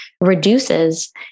reduces